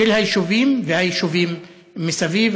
ליישובים והיישובים מסביב.